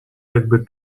jakby